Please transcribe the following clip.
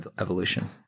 evolution